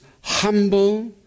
humble